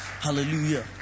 Hallelujah